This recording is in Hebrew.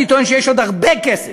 אני טוען שיש עוד הרבה כסף,